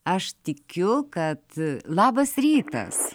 aš tikiu kad labas rytas